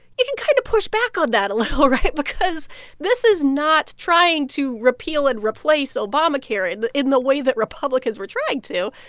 you can kind of push back on that a little, right? because this is not trying to repeal and replace obamacare in the in the way that republicans were trying to.